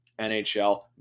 NHL